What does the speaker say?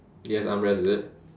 it has armrest is it